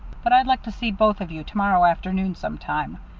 but i'd like to see both of you to-morrow afternoon some time.